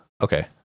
Okay